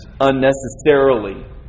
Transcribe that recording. unnecessarily